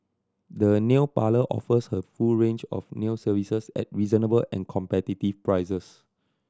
the nail parlour offers a full range of nail services at reasonable and competitive prices